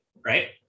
right